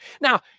Now